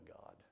God